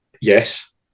Yes